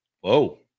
Whoa